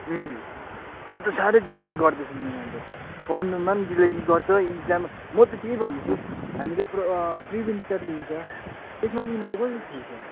यो त साह्रै दिल्लगी गर्दैछ यिनीहरूले पढ्नुमा पनि दिल्लगी गर्छ एक्जाम म त त्यही भन्दैछु हामीले प्र प्रि विन्टार लिन्छ त्यसमा चाहिँ यिनीहरूले कसरी छिर्छ